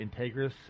Integris